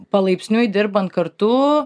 palaipsniui dirbant kartu